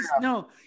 no